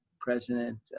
President